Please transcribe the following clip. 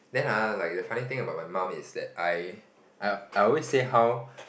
then !huh! like the funny about my mum is that I I I always say how